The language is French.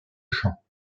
chant